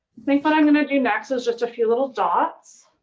think what i'm gonna do next is just a few little dots.